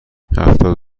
هفتاد